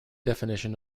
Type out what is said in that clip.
definition